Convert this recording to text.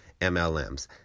MLMs